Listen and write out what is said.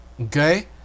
Okay